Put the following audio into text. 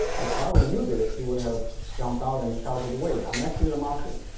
if darwin knew this, he would have jumped out and shouted wait, i'm actually lamarckian.